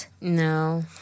No